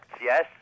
yes